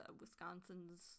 Wisconsin's